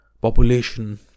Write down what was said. population